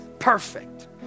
Perfect